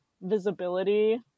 visibility